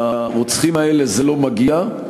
לרוצחים האלה זה לא מגיע,